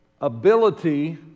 ability